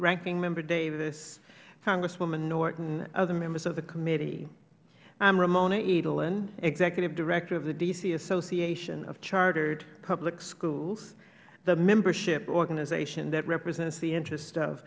ranking member davis congresswoman norton other members of the committee i am ramona edelin executive director of the d c association of chartered public schools the membership organization that represents the interest of